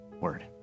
word